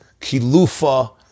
Kilufa